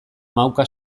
mauka